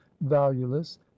valueless